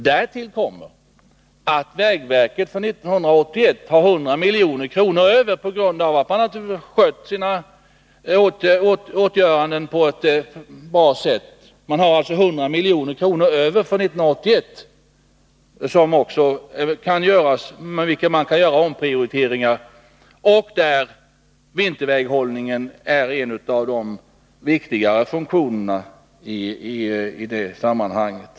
Därtill kommer att vägverket för 1981 har 100 milj.kr. över, naturligtvis på grund av att man har fullgjort sina åtaganden på ett bra sätt. Tack vare dessa 100 miljoner kan man göra omprioriteringar. Vinterväghållningen är en av de viktigare funktionerna i det sammanhanget.